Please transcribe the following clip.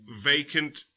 Vacant